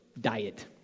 diet